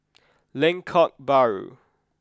Lengkok Bahru